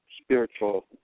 spiritual